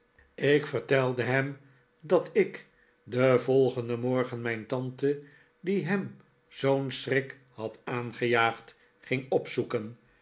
ik vertelde hem dat ik den volgenden morgen mijn tante die hem zoo'n schrik had aangejaagd ging opzoeken